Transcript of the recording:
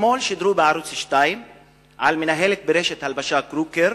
אתמול שידרו בערוץ-2 על מנהלת ברשת הלבשה "קרוקר"